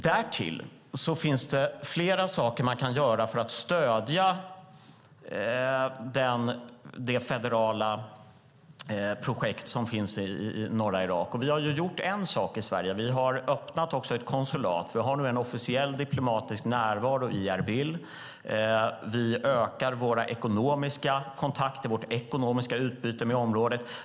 Därtill finns det flera saker man kan göra för att stödja det federala projektet i norra Irak. Sverige har ju gjort en sak, och det är att vi har öppnat ett konsulat. Vi har nu en officiell diplomatisk närvaro i Erbil. Vi ökar våra ekonomiska kontakter och vårt ekonomiska utbyte med området.